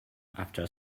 after